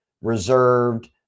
reserved